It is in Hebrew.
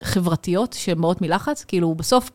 חברתיות שמאות מלחץ, כאילו בסוף.